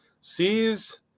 sees